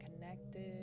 connected